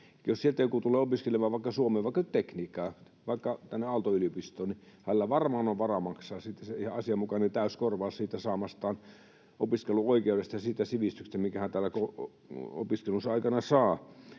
Jos sieltä joku tulee opiskelemaan vaikka Suomeen, vaikka tekniikkaa, vaikka tänne Aalto-yliopistoon, niin hänellä varmaan on varaa maksaa sitten ihan asianmukainen täysi korvaus siitä saamastaan opiskeluoikeudesta ja siitä sivistyksestä, minkä hän täällä opiskelunsa aikana saa.